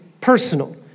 personal